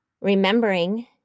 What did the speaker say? remembering